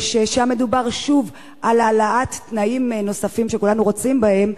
שם מדובר שוב על העלאת תנאים נוספים שכולנו רוצים בהם,